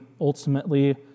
ultimately